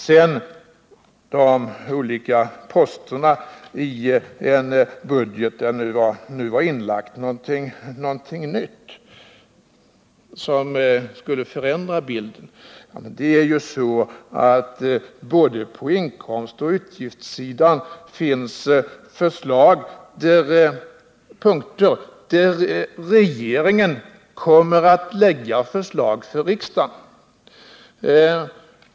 Sedan talade Kjell-Olof Feldt om de olika posterna i en budget, där det nu var inlagt någonting nytt som skulle förändra bilden. Det är ju så att det både på inkomstsidan och på utgiftssidan finns punkter där regeringen kommer att lägga fram förslag för riksdagen.